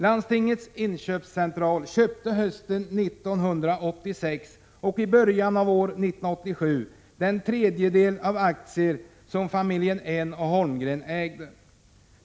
Landstingens inköpscentral köpte hösten 1986 och i början av år 1987 den tredjedel av aktierna som familjerna Een och Holmgren ägde.